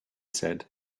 said